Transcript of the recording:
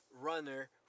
runner